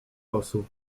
losu